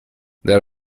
there